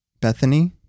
Bethany